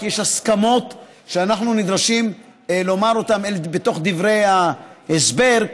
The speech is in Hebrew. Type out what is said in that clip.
כי יש הסכמות שאנחנו נדרשים לומר אותן בתוך דברי ההסבר,